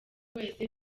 wese